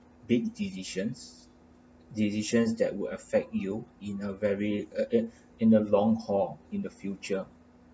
big decisions decisions that would affect you in a very uh in in the long haul in the future